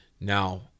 Now